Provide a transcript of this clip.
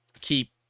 keep